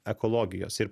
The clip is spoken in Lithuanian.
ekologijos ir